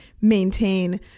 maintain